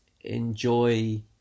enjoy